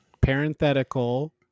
parenthetical